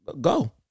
Go